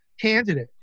candidate